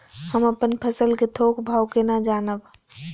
हम अपन फसल कै थौक भाव केना जानब?